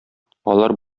алар